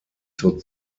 zur